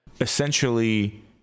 essentially